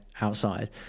outside